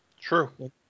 True